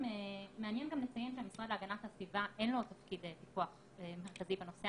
מעניין גם לציין שלמשרד להגנת הסביבה אין תפקיד פיקוח מרכזי בנושא